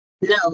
No